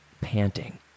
panting